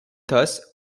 thus